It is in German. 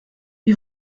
wir